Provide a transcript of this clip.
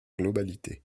globalité